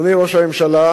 אדוני ראש הממשלה,